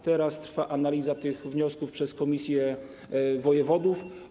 Teraz trwa analiza tych wniosków przez komisje wojewodów.